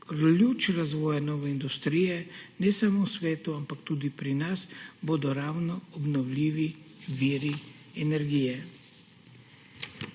Ključ razvoja nove industrije ne samo v svetu, ampak tudi pri nas bodo ravno obnovljivi viri energije.